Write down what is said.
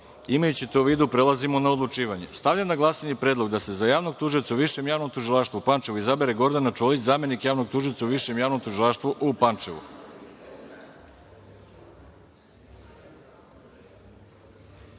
jednog. Imajući to u vidu prelazimo na odlučivanje. Stavljam na glasanje predlog da se za javnog tužioca u Višem javnom tužilaštvu u Pančevu izabere Gordana Čolić, zamenik javnog tužioca u Višem javnom tužilaštvu u